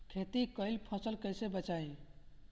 खेती कईल फसल कैसे बचाई?